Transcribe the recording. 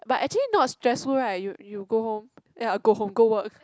but actually not stressful right you you go home ya go home go work